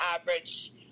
average